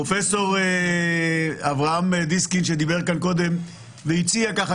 פרופ' אברהם דיסקין שדיבר כאן קודם והציע ככה